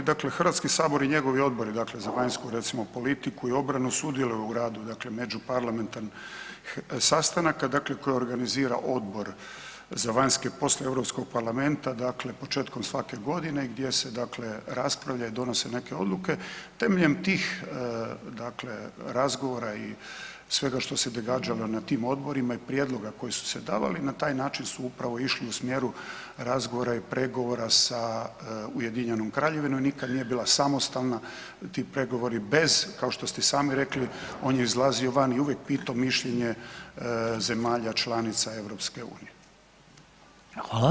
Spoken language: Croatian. pardon, dakle Hrvatski sabor i njegovi odbori, dakle za vanjsku recimo politiku i obranu sudjeluju u radu dakle međuparlamentarnih sastanaka, dakle koje organizira Odbor za vanjske poslove Europskog parlamenta početkom svake godine gdje se dakle raspravlja i donose neke odluke, temeljem tih dakle razgovora i svega što se događalo na tim odborima i prijedloga koji su se davali, na taj način su upravo išli u smjeru razgovora i pregovora sa UK-om i nikad nije bila samostalna, ti pregovori bez, kao što ste i sami rekli, on je izlazi van i uvijek pitao mišljenje zemalja članica EU-a.